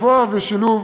הגבוהה ובשילוב